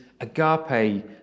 agape